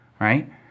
Right